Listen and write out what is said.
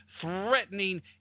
threatening